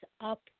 up